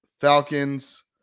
Falcons